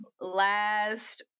last